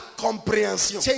compréhension